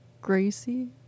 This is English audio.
Gracie